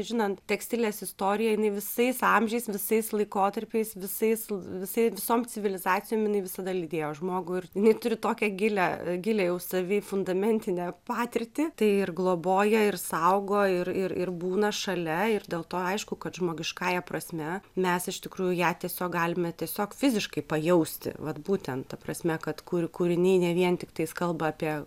žinant tekstilės istoriją jinai visais amžiais visais laikotarpiais visais visais visom civilizacijom jinai visada lydėjo žmogų ir jinai turi tokią gilią gilią jau savy fundamentinę patirtį tai ir globoja ir saugo ir ir ir būna šalia ir dėl to aišku kad žmogiškąja prasme mes iš tikrųjų ją tiesiog galime tiesiog fiziškai pajausti vat būtent ta prasme kad kuri kūriniai ne vien tiktais kalba apie